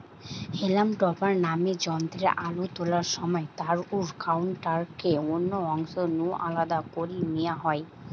হেলাম topper নামের যন্ত্রে আলু তোলার সময় তারুর কান্ডটাকে অন্য অংশ নু আলদা করি নিয়া হয়